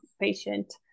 patient